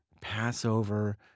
Passover